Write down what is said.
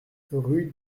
rue